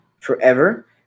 forever